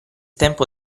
tempo